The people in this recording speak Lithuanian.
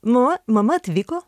nuo mama atvyko